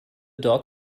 dog